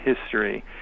history